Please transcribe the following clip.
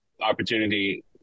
opportunity